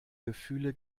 gefühle